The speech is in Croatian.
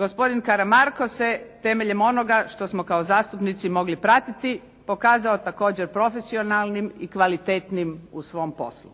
Gospodin Karamarko se temeljem onoga što smo kao zastupnici mogli pratiti pokazao također profesionalnim i kvalitetnim u svom poslu.